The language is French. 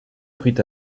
prit